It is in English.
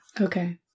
Okay